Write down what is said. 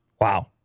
Wow